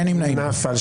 הצבעה לא אושרה נפל.